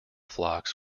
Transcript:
flocks